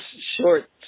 short